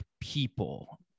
people